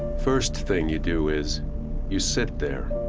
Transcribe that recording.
first thing you do is you sit there.